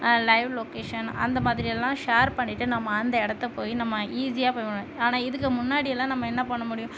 live location அந்த மாதிரியெல்லாம் share பண்ணிவிட்டு நம்ம அந்த இடத்த போய் நம்ம ஈஸியாக ஆனால் இதுக்கு முன்னாடியெலாம் நம்ம என்ன பண்ண முடியும்